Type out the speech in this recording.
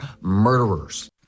murderers